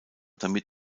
damit